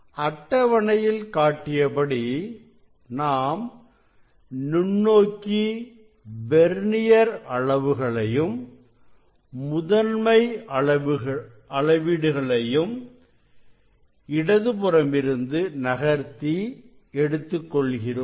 அட்டவணையில் காட்டியபடி நாம் நுண்ணோக்கி வெர்னியர் அளவுகளையும் முதன்மை அளவீடுகளையும் இடது புறமிருந்து நகர்த்தி எடுத்துக் கொள்கிறோம்